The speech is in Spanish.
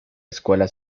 escuela